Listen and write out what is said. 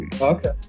Okay